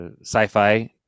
sci-fi